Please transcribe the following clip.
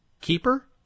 Keeper